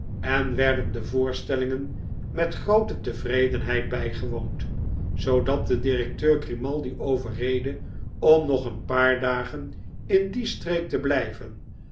en werden de voorstellingen met groote jozef grimaldi tevredenheid bijgewoond zoodat de directeur grimaldi overreedde om nog een paar dagen in die streek te blijven